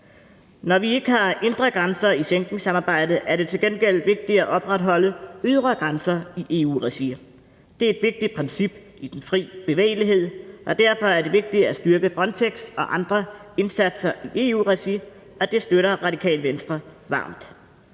Når vi ikke har indre grænser i Schengensamarbejdet er det til gengæld vigtigt at opretholde ydre grænser i EU-regi. Det er et vigtigt princip i den fri bevægelighed, og derfor er det vigtigt at styrke Frontex og andre indsatser i EU-regi, og det støtter Radikale Venstre varmt.